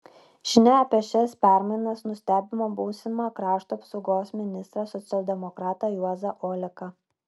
žinia apie šias permainas nustebino būsimą krašto apsaugos ministrą socialdemokratą juozą oleką